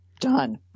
done